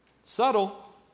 Subtle